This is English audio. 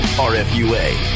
R-F-U-A